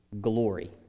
glory